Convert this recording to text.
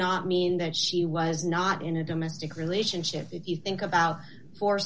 not mean that she was not in a domestic relationship if you think about fo